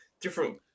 different